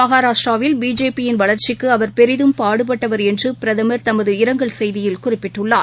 மகாராஷ்டிராவில் பிஜேபி ன் வளர்ச்சிக்கு அவர் பெரிதும் பாடுபட்டவர் என்றுபிரதம் தமது இரங்கல் செய்தியில் குறிப்பிட்டுள்ளார்